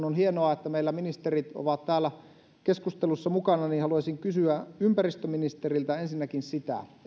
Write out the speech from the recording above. on hienoa että ministerit ovat täällä meillä keskustelussa mukana ja haluaisin kysyä ympäristöministeriltä ensinnäkin sitä